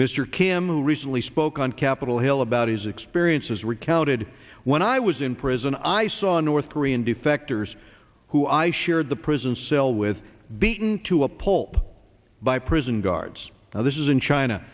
mr kim who recently spoke on capitol hill about his experiences recounted when i was in prison i saw a north korean defectors who i shared the prison cell with beaten to a pulp by prison guards now this is in china